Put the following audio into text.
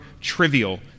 trivial